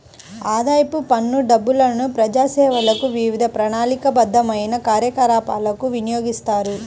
ఆదాయపు పన్ను డబ్బులను ప్రజాసేవలకు, వివిధ ప్రణాళికాబద్ధమైన కార్యకలాపాలకు వినియోగిస్తారు